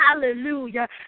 Hallelujah